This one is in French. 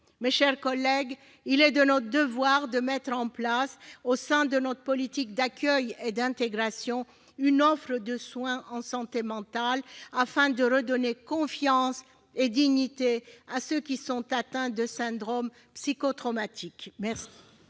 Mes chers collègues, il est de notre devoir de mettre en place, au sein de notre politique d'accueil et d'intégration, une offre de soins en santé mentale, afin de redonner confiance et dignité à ceux qui sont atteints de syndromes psychotraumatiques.